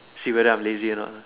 see whether I'm lazy or not lah